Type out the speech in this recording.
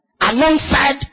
alongside